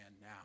now